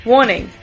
Warning